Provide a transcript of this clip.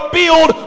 build